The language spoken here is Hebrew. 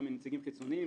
גם מנציגים חיצוניים,